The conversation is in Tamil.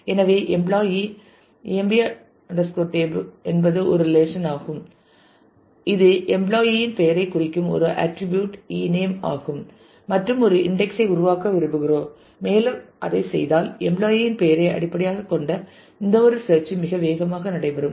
எனவே எம்ப்ளாயி emp tab என்பது ஒரு ரிலேஷன் ஆகும் இது எம்ப்ளாயி இன் பெயரைக் குறிக்கும் ஒரு ஆர்ட்டிரிபியூட் ename ஆகும் மற்றும் ஒரு இன்டெக்ஸ் ஐ உருவாக்க விரும்புகிறோம் மேலும் நாம் அதைச் செய்தால் எம்ப்ளாயி இன் பெயரை அடிப்படையாகக் கொண்ட எந்தவொரு சேர்ச் ம் மிக வேகமாக நடைபெறும்